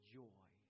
joy